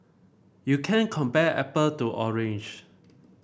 you can't compare apple to orange